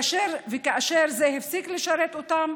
וכאשר זה הפסיק לשרת אותם,